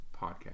podcast